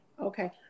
Okay